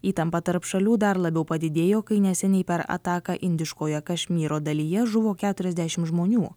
įtampa tarp šalių dar labiau padidėjo kai neseniai per ataką indiškoje kašmyro dalyje žuvo keturiasdešimt žmonių